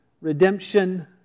redemption